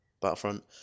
Battlefront